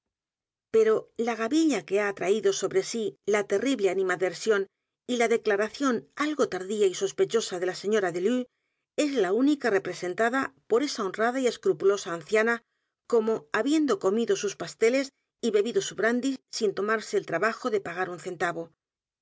o la gavilla que h a atraído sobre sí la terrible animadversión y la declaración algo tardía y sospechosa de la señora delue es la única representada por esa honrada y escrupulosa anciana como habiendo comido sus pasteles y bebido su brandy sin tomarse el trabajo de p a g a r un centavo